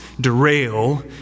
derail